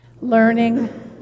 learning